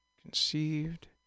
Conceived